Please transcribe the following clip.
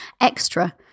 extra